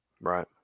Right